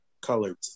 colored